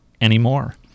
anymore